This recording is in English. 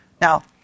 Now